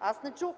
Аз не чух.